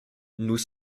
nous